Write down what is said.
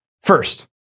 First